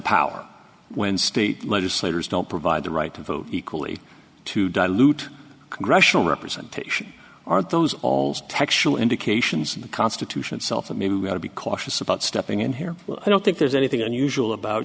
power when state legislators don't provide the right to vote equally to dilute congressional representation are those all textual indications in the constitution itself that maybe we ought to be cautious about stepping in here i don't think there's anything unusual about